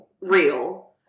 real